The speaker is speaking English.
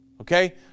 Okay